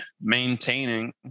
maintaining